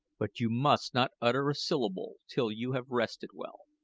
but you must not utter a syllable till you have rested well.